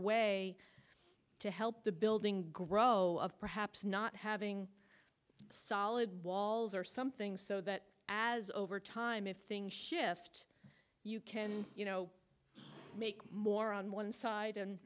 way to help the building grow of perhaps not having solid walls or something so that as over time if things shift you can you know make more on one side and